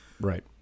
Right